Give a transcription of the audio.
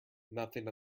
nothing